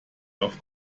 auf